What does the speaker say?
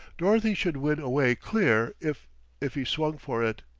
dorothy should win away clear, if if he swung for it.